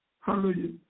Hallelujah